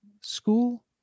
school